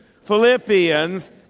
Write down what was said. Philippians